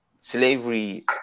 Slavery